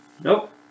Nope